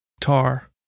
Tar